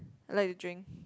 I like to drink